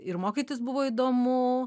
ir mokytis buvo įdomu